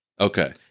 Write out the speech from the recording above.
Okay